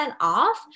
off